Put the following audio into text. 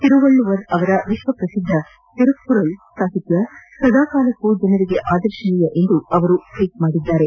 ತಿರುವಳ್ಳುವರ್ ಅವರ ವಿಶ್ವ ಪ್ರಸಿದ್ದ ತಿರುಕ್ನುರಳ್ ಸಾಹಿತ್ಯ ಸದಾಕಾಲಕ್ಕೂ ಜನರಿಗೆ ಆದರ್ಶನೀಯವೆಂದು ಅವರು ಟ್ವೀಟ್ ಮಾಡಿದ್ದಾರೆ